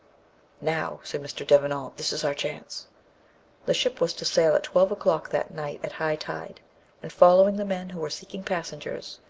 now, said mr. devenant, this is our chance the ship was to sail at twelve o'clock that night, at high tide and following the men who were seeking passengers,